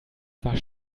war